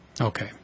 Okay